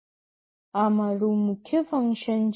આ મારું મુખ્ય ફંક્શન છે